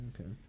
okay